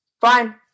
Fine